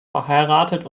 verheiratet